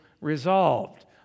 resolved